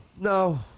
No